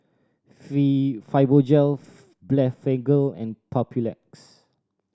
Fibogel Blephagel and Papulex